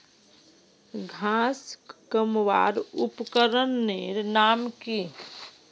घांस कमवार उपकरनेर नाम की?